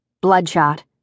bloodshot